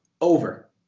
Over